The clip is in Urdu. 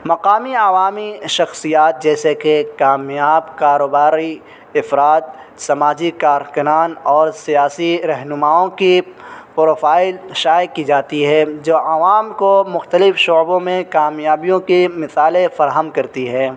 مقامی عوامی شخصیات جیسے کہ کامیاب کاروباری افراد سماجی کارکنان اور سیاسی رہنماؤں کی پروفائل شائع کی جاتی ہے جو عوام کو مختلف شعبوں میں کامیابیوں کی مثالیں فراہم کرتی ہے